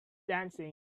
dancing